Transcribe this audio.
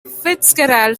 fitzgerald